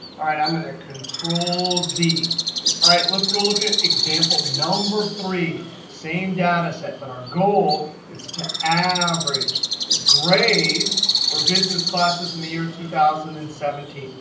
all right. i'm going to control-z. all right. let's go look at example number three. same data set, but our goal is to average grades for business classes in the year two thousand and seventeen.